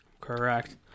Correct